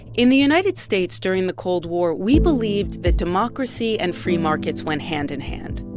in the united states during the cold war, we believed that democracy and free markets went hand in hand.